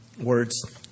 words